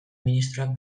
ministroak